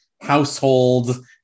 household